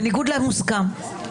בניגוד למוסכם.